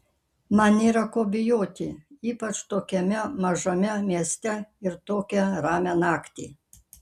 man nėra ko bijoti ypač tokiame mažame mieste ir tokią ramią naktį